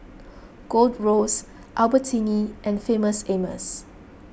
Gold Roast Albertini and Famous Amos